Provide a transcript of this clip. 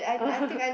oh